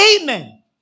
amen